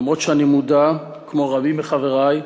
אף שאני מודע, כמו רבים מחברי,